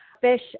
fish